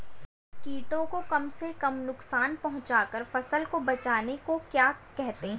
कीटों को कम से कम नुकसान पहुंचा कर फसल को बचाने को क्या कहते हैं?